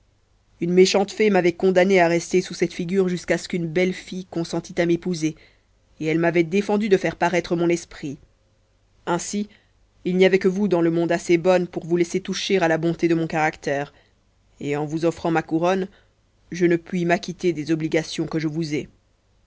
une méchante fée m'avait condamné à rester sous cette figure jusqu'à ce qu'une belle fille consentit à m'épouser et elle m'avait défendu de faire paraître mon esprit ainsi il n'y avait que vous dans le monde assez bonne pour vous laisser toucher à la bonté de mon caractère et en vous offrant ma couronne je ne puis m'acquitter des obligations que je vous ai